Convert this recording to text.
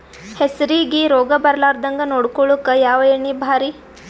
ಹೆಸರಿಗಿ ರೋಗ ಬರಲಾರದಂಗ ನೊಡಕೊಳುಕ ಯಾವ ಎಣ್ಣಿ ಭಾರಿ?